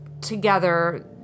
together